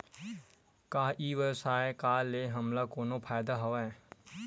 का ई व्यवसाय का ले हमला कोनो फ़ायदा हवय?